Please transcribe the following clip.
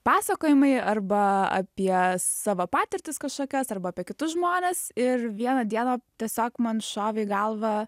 pasakojimai arba apie savo patirtis kažkokias arba apie kitus žmones ir vieną dieną tiesiog man šovė į galvą